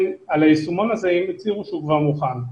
על היישומון הזה אם הצהירו שהוא כבר מוכן.